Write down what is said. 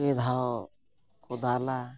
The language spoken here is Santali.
ᱯᱮ ᱫᱷᱟᱣ ᱠᱚ ᱫᱟᱞᱟ